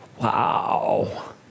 Wow